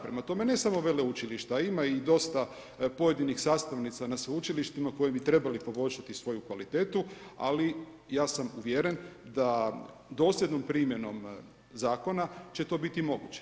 Prema tome ne samo veleučilišta, ima i dosta pojedinih sastavnica na sveučilištima koji bi trebali poboljšati svoju kvalitetu ali ja sam uvjeren da dosljednom primjenom zakon će to biti moguće.